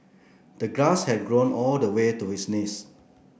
the grass had grown all the way to his knees